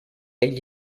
egli